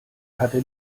hatte